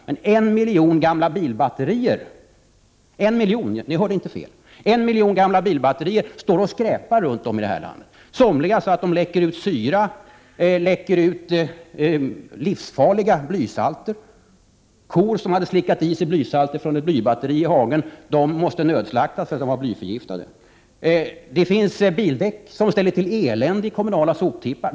Men en miljon gamla bilbatterier, ni hörde inte fel, står och skräpar runt om i det här landet, somliga så att det läcker ut syra och livsfarliga blysalter. Kor som slickade i sig blysalter från ett blybatteri i hagen måste nödslaktas på grund av att de var blyförgiftade. Det finns bildäck som ställer till elände på kommunala soptippar.